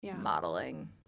modeling